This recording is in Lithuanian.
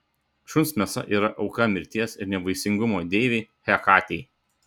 šuns mėsa yra auka mirties ir nevaisingumo deivei hekatei